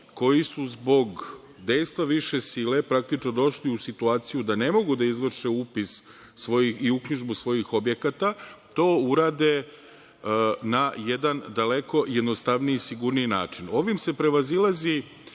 koji su zbog dejstva više sile, praktično, došli u situaciju da ne mogu da izvrše upis i uknjižbu svojih objekata, to urade na jedan daleko jednostavniji i sigurniji način. Ovim se prevazilazi